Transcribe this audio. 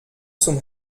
zum